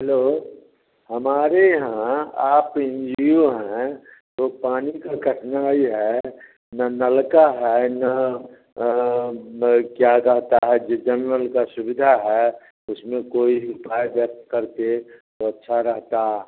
hello हमारे यहाँ आप एन जी ओ हैं तो पानी की कठिनाई है ना नलका है ना क्या कहते है कि जनधन की सुविधा है तो उसमें कोई किफ़ायत कर के तो अच्छा रहता